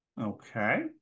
Okay